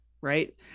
right